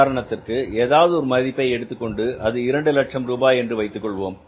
உதாரணத்திற்கு ஏதாவது ஒரு மதிப்பை எடுத்துக்கொண்டு அது இரண்டு லட்சம் ரூபாய் என்று வைத்துக்கொள்வோம்